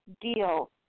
deal